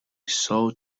soul